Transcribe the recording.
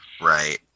Right